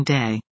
day